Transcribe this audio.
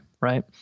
right